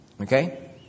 Okay